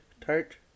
tart